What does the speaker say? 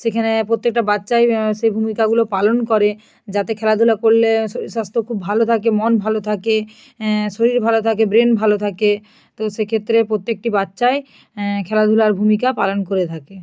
সেখানে প্রত্যেকটা বাচ্চাই সে ভূমিকাগুলো পালন করে যাতে খেলাধুলা করলে শরীর স্বাস্থ্য খুব ভালো থাকে মন ভালো থাকে শরীর ভালো থাকে ব্রেন ভালো থাকে তো সেক্ষেত্রে প্রত্যেকটি বাচ্চাই খেলাধুলার ভূমিকা পালন করে থাকে